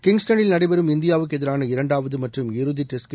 கிங்ஸ்டனில் நடைபெறும் இந்தியாவுக்கு எதிரான இரண்டாவது மற்றும் இறுதி டெஸ்ட்